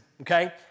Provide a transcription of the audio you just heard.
okay